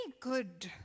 good